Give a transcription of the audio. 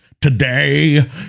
today